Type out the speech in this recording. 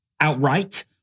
outright